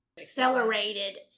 accelerated